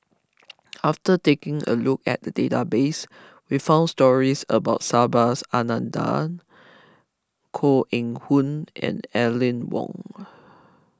after taking a look at the database we found stories about Subhas Anandan Koh Eng Hoon and Aline Wong